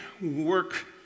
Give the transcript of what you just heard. work